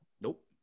Nope